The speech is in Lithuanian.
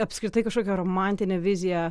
apskritai kažkokią romantinę viziją